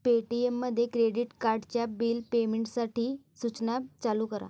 पेटीएममध्ये credit कार्डच्या bill पेमेंटसाटी सूचना चालू करा